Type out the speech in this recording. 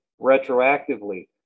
retroactively